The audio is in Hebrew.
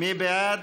מי בעד?